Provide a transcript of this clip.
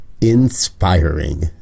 inspiring